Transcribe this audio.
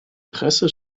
presse